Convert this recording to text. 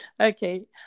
okay